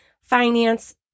finance